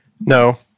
No